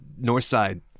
Northside